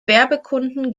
werbekunden